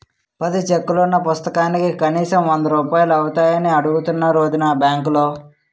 పది చెక్కులున్న పుస్తకానికి కనీసం వందరూపాయలు అవుతాయని అడుగుతున్నారు వొదినా బాంకులో